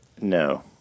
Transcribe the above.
No